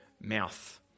mouth